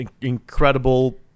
incredible